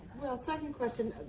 well, second question,